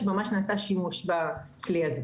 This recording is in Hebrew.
שממש נעשה שימוש בכלי הזה.